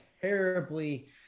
terribly